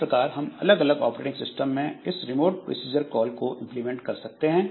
इस प्रकार हम अलग अलग ऑपरेटिंग सिस्टम में इस रिमोट प्रोसीजर कॉल को इंप्लीमेंट करते हैं